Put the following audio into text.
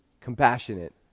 compassionate